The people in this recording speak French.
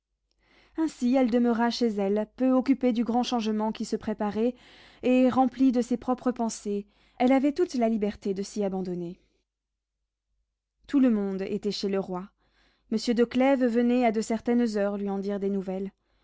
ainsi elle demeura chez elle peu occupée du grand changement qui se préparait et remplie de ses propres pensées elle avait toute la liberté de s'y abandonner tout le monde était chez le roi monsieur de clèves venait à de certaines heures lui en dire des nouvelles